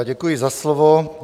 Děkuji za slovo.